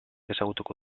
ezagutuko